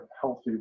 healthy